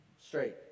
straight